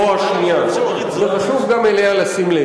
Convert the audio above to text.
הדברים הטובים שקיימים ופעילים וטובים בחברה הישראלית.